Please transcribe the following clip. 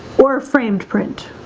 or framed print